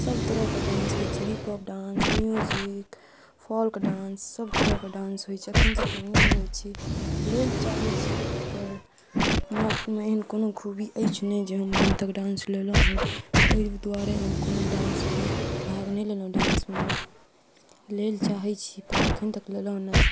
सब तरहके डांस होइ छै hip hop dance music folk dance सब तरहके डांस होइ छै अखन तक नहि लेने छी ताहि लेल चाहै छी पर मातमे एहन कोनो खूबी अछि नहि जे हम अखन तक डांस लेलहुॅं हन ओहि दुआरे हम कोनो डान्स अखन भाग नहि लेलहुॅं डान्समे लेल चाहै छी पर अखन तक लेलहुॅं नहि